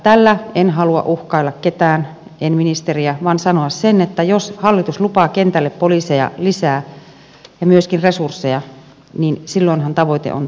tällä en halua uhkailla ketään en ministeriä vaan sanoa sen että jos hallitus lupaa kentälle poliiseja lisää ja myöskin resursseja niin silloinhan tavoite on toteutunut